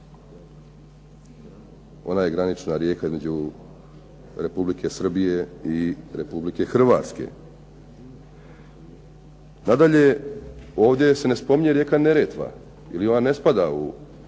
ona je granična rijeka između Republike Srbije i Republike Hrvatske. Nadalje, ovdje se ne spominje rijeka Neretva ili ona ne spada u rijeku